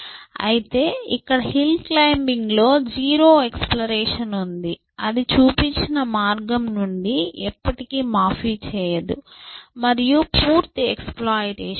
అయితే ఇక్కడ hill climbing లో 0 ఎక్సప్లోరేషన్ ఉంది అది చూపించిన మార్గం నుండి ఎప్పటికీ మాఫీ చేయదు మరియు పూర్తి ఎక్సప్లోయిటేషన్ ఉంది